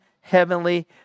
Heavenly